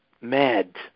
mad